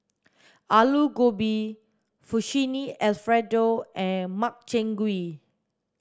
Alu Gobi Fettuccine Alfredo and Makchang gui